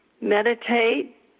meditate